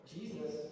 Jesus